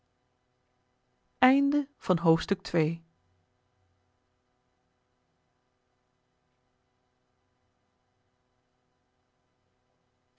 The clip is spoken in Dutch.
men van het